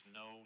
no